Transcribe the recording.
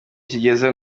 kigeze